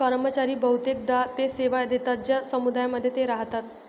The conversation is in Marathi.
कर्मचारी बहुतेकदा ते सेवा देतात ज्या समुदायांमध्ये ते राहतात